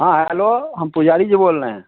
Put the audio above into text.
हाँ हेलो हम पुजारी जी बोल रहे हैं